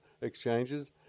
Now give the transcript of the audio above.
exchanges